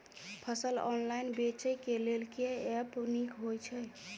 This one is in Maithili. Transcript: फसल ऑनलाइन बेचै केँ लेल केँ ऐप नीक होइ छै?